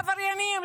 עברייניים,